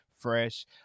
Fresh